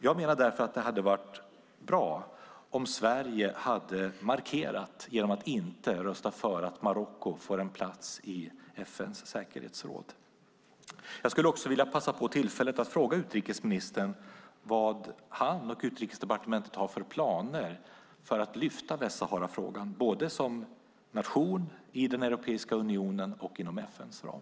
Jag menar därför att det hade varit bra om Sverige hade markerat genom att inte rösta för att Marocko får en plats i FN:s säkerhetsråd. Jag skulle också vilja passa på tillfället att fråga utrikesministern vad han och Utrikesdepartementet har för planer för att lyfta upp Västsaharafrågan både som nation i Europeiska unionen och inom FN:s ram.